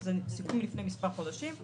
זה סיכום מלפני מספר חודשים,